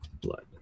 blood